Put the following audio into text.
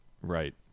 Right